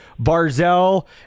Barzell